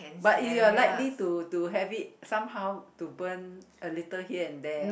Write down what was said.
but you are likely to to have it somehow to burn a little here and there